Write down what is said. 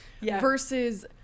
versus